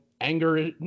anger